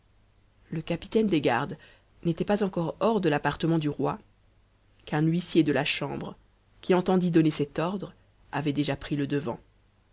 le capitaine des gardes n'était pas encore hors de l'appartement du roi qu'un huissier de la chambre qui entendit donner cet ordre avait dep pris le devant